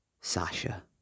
Sasha